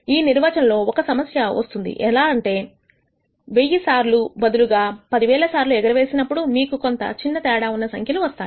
ఈ నిర్వచనలో ఒక సమస్య ఎలా వస్తుంది ఎందుకంటే మీరు 1000 సార్లు బదులుగా 10000 సార్లు ఎగరవేసినప్పుడు మీకు కొంత చిన్న తేడా ఉన్న సంఖ్యలు వస్తాయి